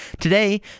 Today